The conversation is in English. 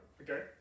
okay